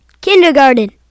kindergarten